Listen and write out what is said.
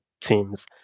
teams